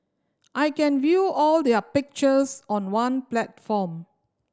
I can view all their pictures on one platform